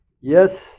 Yes